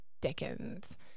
dickens